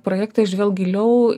projektas žvelk giliau